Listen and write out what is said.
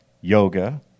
yoga